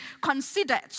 considered